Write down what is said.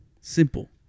simple